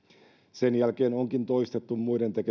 sen jälkeen onkin toistettu muiden tekemiä